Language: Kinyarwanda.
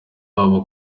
aba